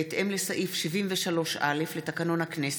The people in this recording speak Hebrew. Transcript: בהתאם לסעיף 73(א) לתקנון הכנסת,